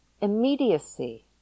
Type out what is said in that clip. immediacy